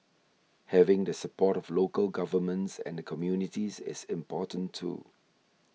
having the support of local governments and the communities is important too